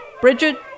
Bridget